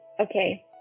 Okay